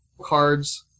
cards